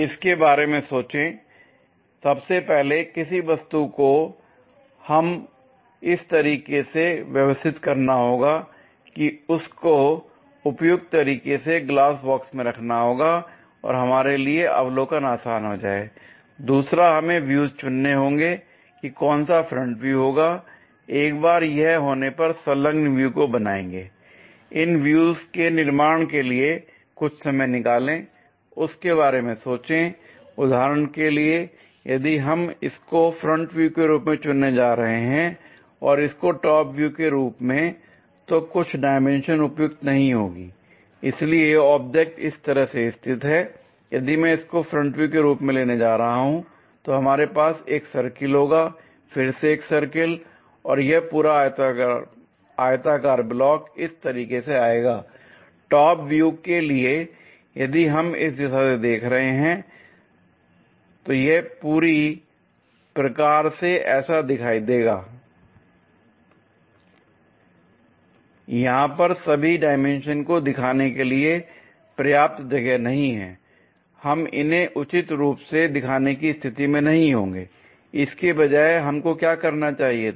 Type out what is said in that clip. इसके बारे में सोचें l सबसे पहले किसी वस्तु को इस तरीके से से व्यवस्थित करना होगा की इसको उपयुक्त तरीके से ग्लास बॉक्स में रखना होगा और हमारे लिए अवलोकन आसान हो जाए l दूसरा हमें व्यूज चुनने होंगे कि कौन सा फ्रंट व्यू होगा l एक बार यह होने पर संलग्न व्यूज को बनाएंगे l इन व्यूज के निर्माण के लिए कुछ समय निकालें इसके बारे में सोचें l उदाहरण के लिए यदि हम इसको फ्रंट व्यू के रूप में चुनने जा रहे हैं और इसको टॉप व्यू के रूप में तो कुछ डायमेंशन उपयुक्त नहीं होंगी l इसलिए ऑब्जेक्ट इस तरह से स्थित है यदि मैं इसको फ्रंट व्यू के रूप में लेने जा रहा हूं हमारे पास एक सर्किल होगा फिर से एक और सर्किल और यह पूरा आयताकार ब्लॉक इस तरीके से आएगा l टॉप व्यू के लिए यदि हम इस दिशा से देख रहे हैं तो यह पूरी प्रकार से ऐसा दिखाई देगा l यहां पर सभी डायमेंशन को दिखाने के लिए पर्याप्त जगह नहीं है हम इन्हें उचित रूप से दिखाने की स्थिति में नहीं होंगे l इसके बजाय हमको क्या करना चाहिए था